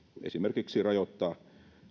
esimerkiksi rajoittaa